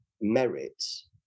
merits